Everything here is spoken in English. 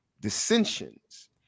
dissensions